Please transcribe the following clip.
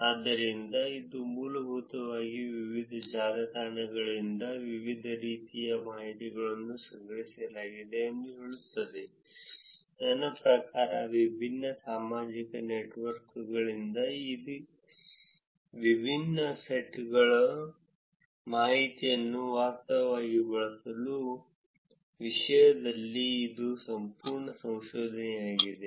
ಆದ್ದರಿಂದ ಇದು ಮೂಲಭೂತವಾಗಿ ವಿವಿಧ ಜಾಲತಾಣಗಳಿಂದ ವಿವಿಧ ರೀತಿಯ ಮಾಹಿತಿಯನ್ನು ಸಂಗ್ರಹಿಸಲಾಗಿದೆ ಎಂದು ಹೇಳುತ್ತದೆ ನನ್ನ ಪ್ರಕಾರ ವಿಭಿನ್ನ ಸಾಮಾಜಿಕ ನೆಟ್ವರ್ಕ್ಗಳಿಂದ ಈ ವಿಭಿನ್ನ ಸೆಟ್ಗಳ ಮಾಹಿತಿಯನ್ನು ವಾಸ್ತವವಾಗಿ ಬಳಸುವ ವಿಷಯದಲ್ಲಿ ಇದು ಸಂಪೂರ್ಣ ಸಂಶೋಧನೆಯಾಗಿದೆ